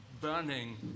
burning